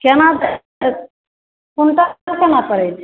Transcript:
हुनका कोना पड़ै छै